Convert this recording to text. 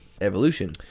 evolution